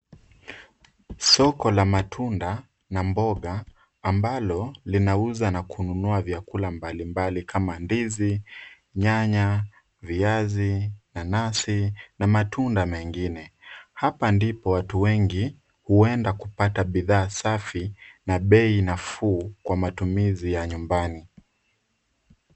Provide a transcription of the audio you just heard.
Soko la matunda na mboga ambalo linauza na kununua vyakula mbalimbali kama ndizi, nyanya, viazi, nanasi na matunda mengine. Hapa ndipo watu wengi huenda kupata bidhaa safi na bei nafuu kwa matumizi ya nyumbani.